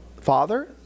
Father